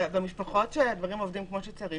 במשפחות שהדברים עובדים כמו שצריך,